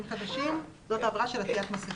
חדשים." זאת העבירה של אי-עטיית מסכה.